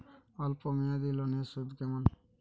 অল্প মেয়াদি লোনের সুদ কেমন?